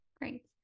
Great